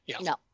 No